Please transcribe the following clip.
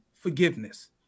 forgiveness